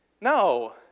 No